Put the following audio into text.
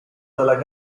dalla